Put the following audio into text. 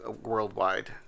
worldwide